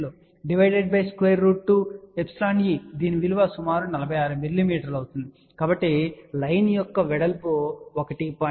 divided by square root εe దీని విలువ సుమారు 46 మిమీ ఉంటుంది కాబట్టి లైన్ యొక్క వెడల్పు 1